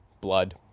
Blood